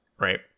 right